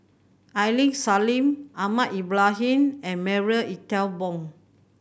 Aini Salim Ahmad Ibrahim and Marie Ethel Bong